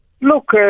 Look